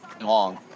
long